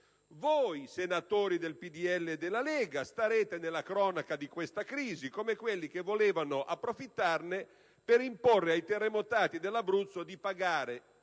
voi, senatori del PdL e della Lega, starete nella cronaca di questa crisi come quelli che volevano approfittarne per imporre ai terremotati dell'Abruzzo di pagare